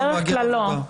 בדרך כלל לא.